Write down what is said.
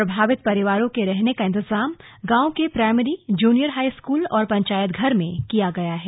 प्रभावित परिवारों के रहने का इंतजाम गांव के प्राइमरी जूनियर हाईस्कूल और पंचायत घर में किया गया है